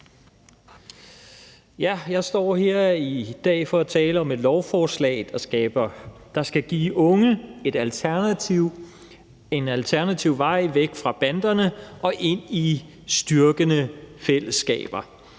Jeg står her i dag for at tale om et lovforslag, der skal give unge en alternativ vej væk fra banderne og ind i styrkende fællesskaber.